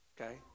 okay